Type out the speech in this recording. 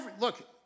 look